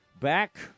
back